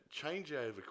changeover